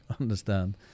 Understand